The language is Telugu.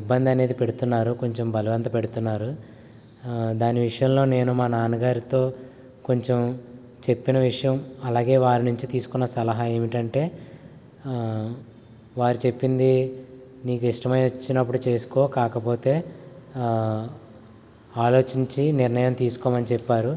ఇబ్బంది అనేది పెడుతున్నారు కొంచెం బలవంత పెడుతున్నారు దాని విషయంలో నేను మా నాన్నగారితో కొంచెం చెప్పిన విషయం అలాగే వారి నుంచి తీసుకున్న సలహా ఏమిటంటే వారు చెప్పింది నీకు ఇష్టం వచ్చినప్పుడు చేసుకో కాకపోతే ఆలోచించి నిర్ణయం తీసుకోమని చెప్పారు